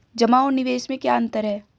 जमा और निवेश में क्या अंतर है?